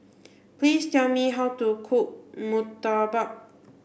please tell me how to cook Murtabak